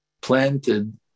planted